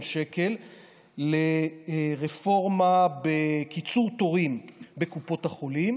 שקל לרפורמה בקיצור תורים בקופות החולים,